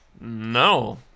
No